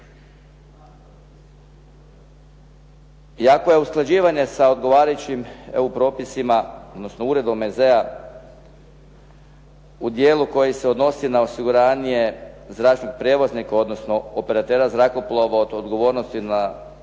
Iako je usklađivanje sa odgovarajućim EU propisima, odnosno uredbom EZ-a u dijelu koji se odnosi na osiguranje zračnog prijevoznika, odnosno operatera zrakoplova od odgovornosti na štete